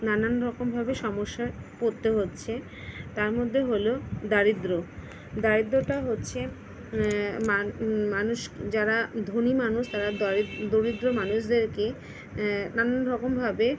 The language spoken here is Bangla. নানান রকমভাবে সমস্যার পড়তে হচ্ছে তার মধ্যে হল দারিদ্র দারিদ্রতা হচ্ছে মানুষ যারা ধনী মানুষ তারা দরিদ্র মানুষদেরকে নানান রকমভাবে